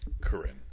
Corinne